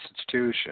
institution